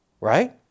Right